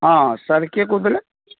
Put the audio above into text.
ହଁ ସାର କିଏ କହୁଥିଲେ